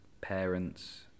parents